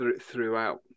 throughout